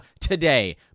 today